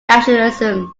nationalism